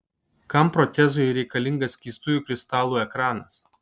kam protezui reikalingas skystųjų kristalų ekranas